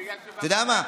אתה יודע מה?